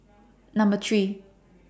Number three